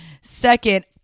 Second